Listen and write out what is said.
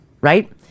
Right